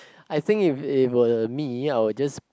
I think if you were me I will just